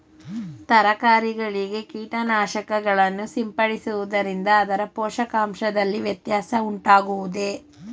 ತರಕಾರಿಗಳಿಗೆ ಕೀಟನಾಶಕಗಳನ್ನು ಸಿಂಪಡಿಸುವುದರಿಂದ ಅದರ ಪೋಷಕಾಂಶದಲ್ಲಿ ವ್ಯತ್ಯಾಸ ಉಂಟಾಗುವುದೇ?